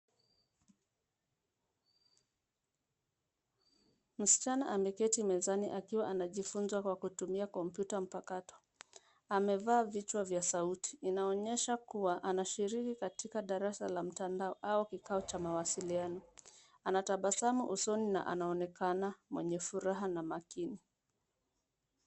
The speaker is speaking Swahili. Msichana ameketi mezani akiwa anajifunza kwa kutumia kompyuta mpakato. Amevaa vichwa vya sauti, inaonyesha kuwa anashiriki katika darasa la mtandao au kikao cha mawasiliano. Ana tabasamu usoni na anaonekana mwenye furaha na makini.